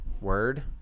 Word